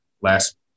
last